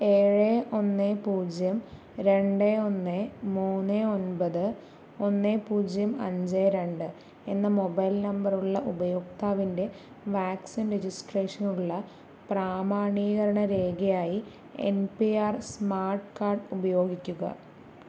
ഏഴ് ഒന്ന് പൂജ്യം രണ്ട് ഒന്ന് മൂന്ന് ഒൻപത് ഒന്ന് പൂജ്യം അഞ്ച് രണ്ട് എന്ന മൊബൈൽ നമ്പർ ഉള്ള ഉപയോക്താവിൻ്റെ വാക്സിൻ രജിസ്ട്രേഷനുള്ള പ്രാമാണീകരണ രേഖയായി N P R smart card ഉപയോഗിക്കുക